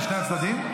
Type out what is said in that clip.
משני הצדדים.